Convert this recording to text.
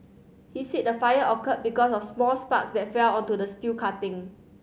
he said the fire occurred because of small sparks that fell onto the steel cutting